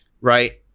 Right